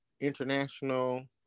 International